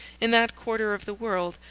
in that quarter of the world,